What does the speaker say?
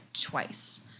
twice